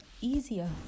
easier